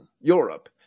Europe